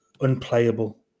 Unplayable